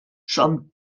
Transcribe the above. som